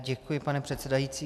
Děkuji, pane předsedající.